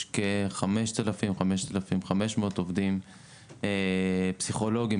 יש כ-5,000 או 5,500 עובדים פסיכולוגים